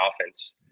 offense